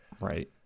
Right